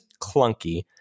clunky